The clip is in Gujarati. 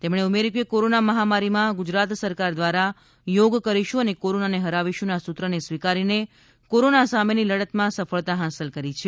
તેઓએ ઉમેર્યુ કે કોરાના મહામારીમાં ગુજરાત સરકાર દ્વારા યોગ કરીશું અને કોરોનાને હરાવીશુ ના સૂત્રને સ્વીકારીને કોરોના સામેની લડતમાં સફળતા હાંસલ કરી છે